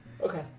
Okay